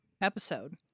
Episode